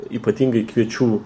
ypatingai kviečių